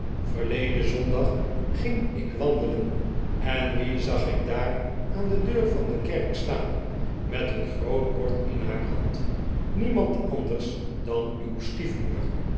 verleden zondag ging ik wandelen en wie zag ik daar aan de deur van de kerk staart met een groot bord in haar hand niemand anders dan uw stiefmoeder